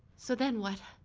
so then what?